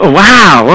wow